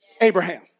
Abraham